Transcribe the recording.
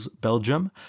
Belgium